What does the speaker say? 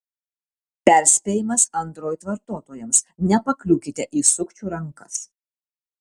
perspėjimas android vartotojams nepakliūkite į sukčių rankas